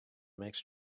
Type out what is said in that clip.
makes